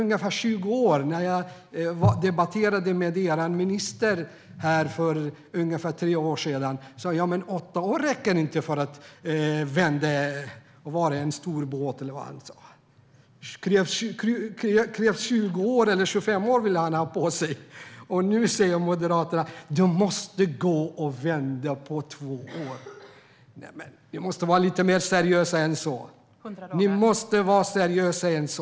När jag debatterade med er minister för ungefär tre år sedan sa han att åtta år inte räcker för att vända en stor båt. Han ville ha 20-25 år på sig. Nu säger Moderaterna att det måste gå att vända utvecklingen på två år. Ni måste vara lite mer seriösa än så. : 100 dagar.) Ni måste vara mer seriösa än så!